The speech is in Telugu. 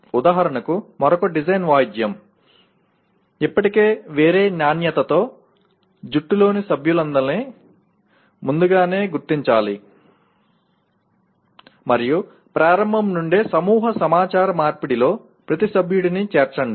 ఉదాహరణకు మరొక డిజైన్ వాయిద్యం ఇప్పటికీ వేరే నాణ్యతతో జట్టులోని సభ్యులందరినీ ముందుగానే గుర్తించండి మరియు ప్రారంభం నుండే సమూహ సమాచార మార్పిడిలో ప్రతి సభ్యుడిని చేర్చండి